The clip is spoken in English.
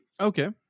Okay